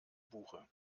buche